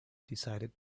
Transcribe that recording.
decided